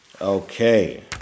Okay